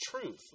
truth